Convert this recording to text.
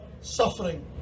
suffering